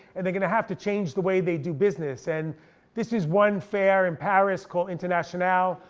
and they're gonna have to change the way they do business. and this is one fair in paris called internationale,